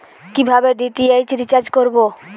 কিভাবে DTH recharge করব?